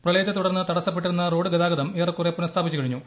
പ്രളയത്തെത്തുടർന്ന് തടസ്സപ്പെട്ടിരുന്ന റോഡ് ഗതാഗതം ഏറെക്കുറെ പുനസ്ഥാപിച്ചു കഴിഞ്ഞു